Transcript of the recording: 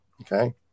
Okay